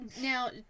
now